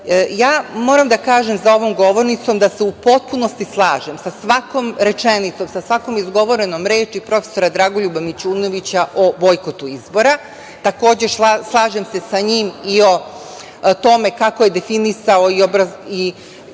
izbore. Moram da kažem za ovom govornicom da se u potpunosti slažem sa svakom rečenicom, sa svakom izgovorenom rečju prof. dr Dragoljuba Mićunovića o bojkotu izbora. Takođe, slažem se sa njim i o tome kako je definisao i dao